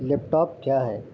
لیپ top کیا ہے